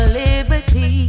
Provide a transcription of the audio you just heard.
liberty